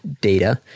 data